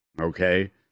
okay